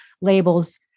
labels